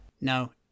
no